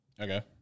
Okay